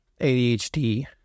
ADHD